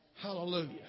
Hallelujah